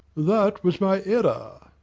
that was my error.